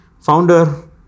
Founder